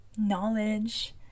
knowledge